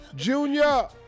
Junior